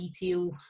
detail